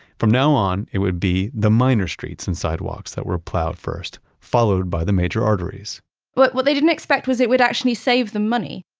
from now on, it would be the minor streets and sidewalks that were plowed first, followed by the major arteries but what they didn't expect was it would actually save them money,